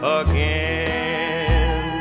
again